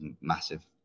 massive